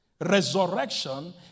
Resurrection